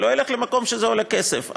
ולא ילך למקום שבו זה עולה כסף,